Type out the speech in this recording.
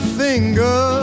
finger